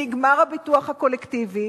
נגמר הביטוח הקולקטיבי.